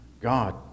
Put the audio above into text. God